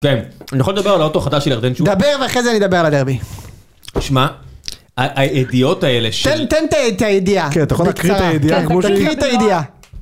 כן. אני יכול לדבר על האוטו החדש של ירדן שוב? דבר ואחרי זה אני אדבר על הדרבי. תשמע, הידיעות האלה של... תן, תן את הידיעה. כן, אתה יכול להקריא את הידיעה כמו שהיא?... תקריא את הידיעה.